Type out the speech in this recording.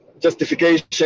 justification